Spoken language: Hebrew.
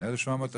בתכנית הזאת.